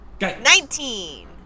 Nineteen